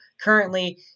currently